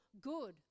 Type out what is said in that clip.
good